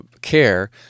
care